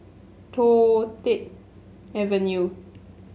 Toh Tuck Avenue